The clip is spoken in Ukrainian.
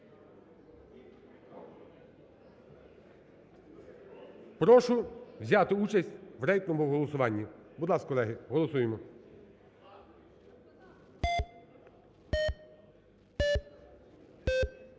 Прошу взяти участь у рейтинговому голосуванні. Будь ласка, колеги, голосуємо.